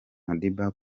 madiba